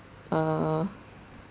uh